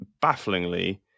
bafflingly